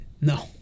No